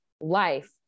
life